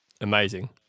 Amazing